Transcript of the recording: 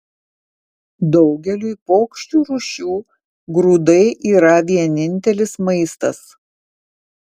daugeliui paukščių rūšių grūdai yra vienintelis maistas